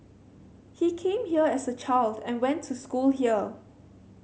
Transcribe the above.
he came here as a child and went to school here